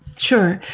sure.